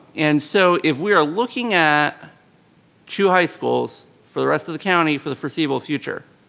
and so if we are looking at two high schools for the rest of the county for the foreseeable future,